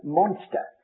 monster